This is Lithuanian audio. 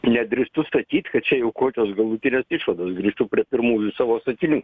nedrįstu sakyt kad čia jau kokios galutinės išvados grįžtu prie pirmųjų savo sakinių